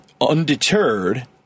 undeterred